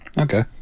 Okay